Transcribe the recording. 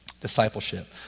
Discipleship